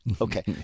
Okay